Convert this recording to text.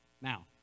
Now